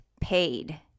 paid